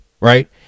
right